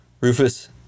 Rufus